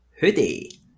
Hoodie